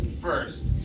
first